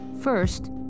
First